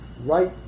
right